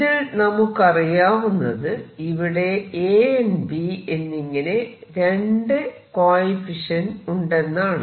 ഇതിൽ നമുക്കറിയാവുന്നത് ഇവിടെ A B എന്നിങ്ങനെ രണ്ട് കോയെഫിഷ്യന്റ് ഉണ്ടെന്നാണ്